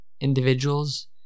individuals